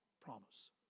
promise